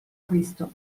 cristo